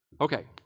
Okay